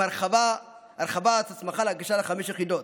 עם הרחבת הסמכה להגשה לחמש יחידות,